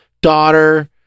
daughter